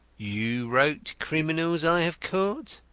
you wrote criminals i have caught?